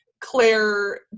Claire